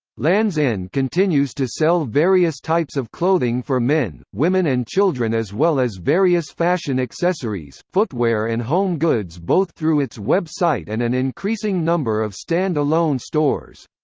lands' end continues to sell various types of clothing for men, women and children as well as various fashion accessories, footwear and home goods both through its web site and an increasing number of stand alone stores.